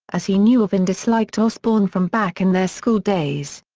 as he knew of and disliked osbourne from back in their school days.